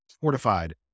fortified